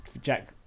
Jack